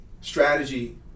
strategy